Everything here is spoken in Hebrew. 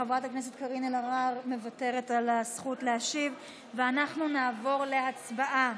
חברת הכנסת קארין אלהרר מוותרת על הזכות להשיב ואנחנו נעבור להצבעה.